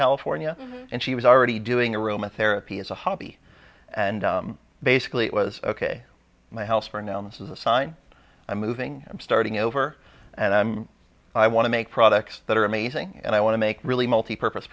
california she was already doing a room in therapy as a hobby and basically it was ok my house for announce is a sign i'm moving i'm starting over and i'm i want to make products that are amazing and i want to make really multi purpose